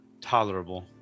tolerable